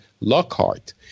Lockhart